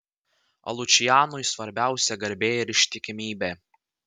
o lučianui svarbiausia garbė ir ištikimybė